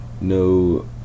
no